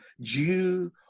Jew